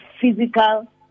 physical